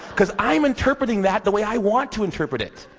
cause i'm interpreting that the way i want to interpret it.